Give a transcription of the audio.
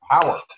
power